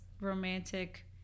romantic